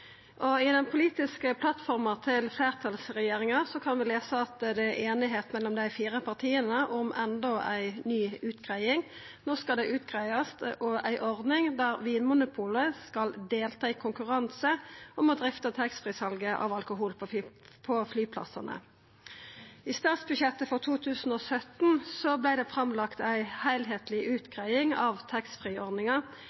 alkohol. I den politiske plattforma til fleirtalsregjeringa kan vi lesa at det er einigheit mellom dei fire partia om endå ei ny utgreiing. No skal det greiast ut ei ordning der Vinmonopolet deltar i konkurranse om å drifta taxfree-salet av alkohol på flyplassane. I statsbudsjettet for 2017 vart det lagt fram ei